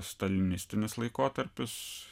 stalinistinis laikotarpis